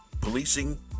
policing